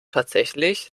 tatsächlich